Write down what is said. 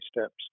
steps